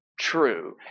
true